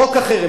חוק החרם.